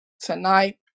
tonight